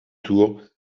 tour